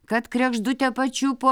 kad kregždutė pačiupo